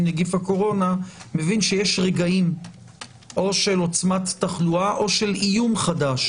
נדיף הקורונה מבין שיש רגעים או של עוצמת תחלואה או של איום חדש,